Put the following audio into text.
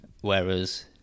whereas